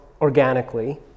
organically